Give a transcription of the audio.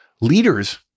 leaders